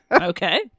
Okay